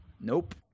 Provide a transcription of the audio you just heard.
Nope